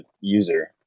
user